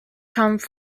comes